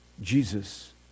Jesus